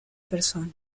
persona